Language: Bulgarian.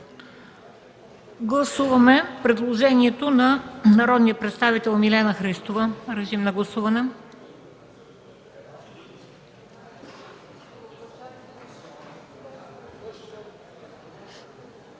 Гласуваме предложението на народния представител Милена Христова. Гласували